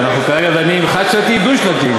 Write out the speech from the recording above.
אנחנו כרגע דנים על חד-שנתי ודו-שנתי.